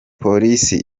polisi